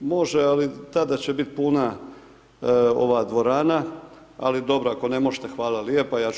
Može, ali tada će biti puna ova dvorana, ali dobro ako ne možete hvala lijepo ja ću.